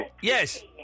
Yes